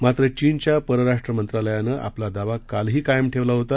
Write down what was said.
मात्र चीनच्या परराष्ट्र मंत्रालयानं आपला दावा कालही कायम ठेवला होता